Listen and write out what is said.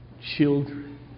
children